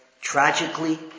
tragically